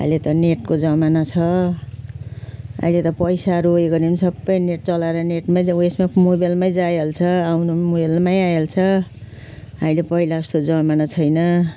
अहिले त नेटको जमाना छ अहिले त पैसाहरू यो गर्ने पनि सबै नेट चलाएर नेटमै जो यसमै नेटमै मोबाइलमै जाइहाल्छ आउनु मोबाइलमै आइहाल्छ अहिले पहिला जस्तो जमाना छैन